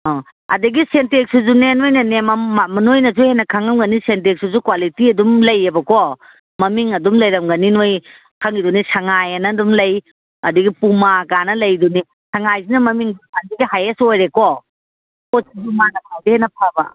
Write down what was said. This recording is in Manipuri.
ꯑꯧ ꯑꯗꯒꯤ ꯁꯦꯟꯇꯦꯛꯁꯁꯤꯁꯨꯅꯦ ꯅꯣꯏꯅꯅꯦ ꯅꯣꯏꯅꯁꯨ ꯍꯦꯟꯅ ꯈꯪꯉꯝꯒꯅꯤ ꯁꯦꯟꯇꯦꯛꯁꯁꯤꯁꯨ ꯀ꯭꯭ꯋꯥꯂꯤꯇꯤ ꯑꯗꯨꯝ ꯂꯩꯕꯀꯣ ꯃꯃꯤꯡ ꯑꯗꯨꯝ ꯂꯩꯔꯝꯒꯅꯤ ꯅꯣꯏ ꯈꯪꯉꯤꯗꯨꯅꯤ ꯁꯉꯥꯏꯑꯅ ꯑꯗꯨꯝ ꯂꯩ ꯑꯗꯒꯤ ꯄꯨꯃꯥꯒꯥꯏꯅ ꯂꯩꯗꯨꯅꯦ ꯁꯉꯥꯏꯁꯤꯅ ꯃꯃꯤꯡ ꯈ꯭ꯋꯥꯏꯗꯒꯤ ꯍꯥꯏꯌꯦꯁ ꯑꯣꯏꯔꯦꯀꯣ ꯄꯣꯠꯇꯨꯁꯨ ꯃꯥꯅ ꯑꯗꯨꯗꯒꯤ ꯍꯦꯟꯅ ꯐꯕ